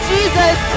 Jesus